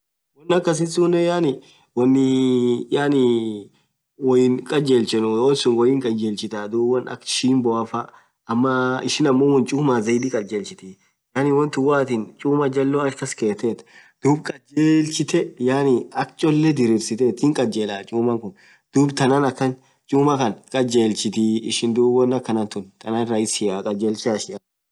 Wonn akhasisunen yaani wonnii yaani iii khaljelchenu wonn suun woinn khaljelchita dhub wonn akha shimboaffaa ama ishin wonn chumathi zaidi khaljelchiti yaani won tun woo atiinn chumaa jalloh ach kaskethu dhub kaljelchitee yaani akha cholee dhiriseththu hinn kaljelah chuma khun dhub thanan akhan chuma Khan khaljelchiti dhub wonn akhanathu thanan rahisia khaljelchaa ishia